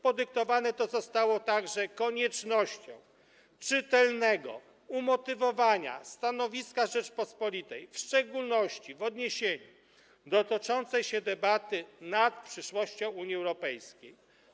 Podyktowane to zostało także koniecznością czytelnego umotywowania stanowiska Rzeczypospolitej, w szczególności w odniesieniu do toczącej się debaty nad przyszłością Unii Europejskiej.